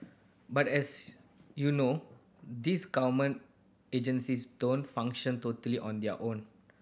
but as you know these government agencies don't function totally on their own